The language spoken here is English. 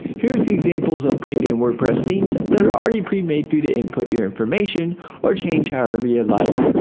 here are a few examples of premium wordpress themes that are already pre-made for you to input your information or change however you'd like.